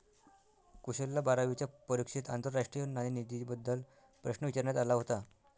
कुशलला बारावीच्या परीक्षेत आंतरराष्ट्रीय नाणेनिधीबद्दल प्रश्न विचारण्यात आला होता